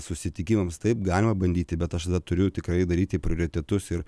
susitikimams taip galima bandyti bet aš tada turiu tikrai daryti prioritetus ir